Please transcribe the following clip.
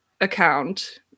account